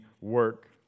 work